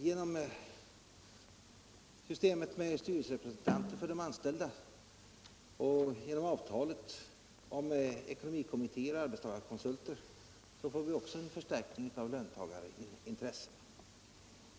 Genom systemet med styrelserepresentanter för de anställda och genom avtalet om ekonomikommittéer och arbetstagarkonsulter får vi också en förstärkning av löntagarintressena.